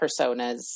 personas